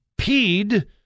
peed